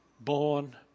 born